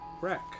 wreck